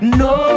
no